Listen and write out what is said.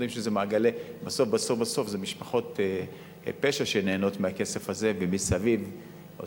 בסוף בסוף בסוף משפחות פשע הן שנהנות מהכסף הזה ומסביב עוד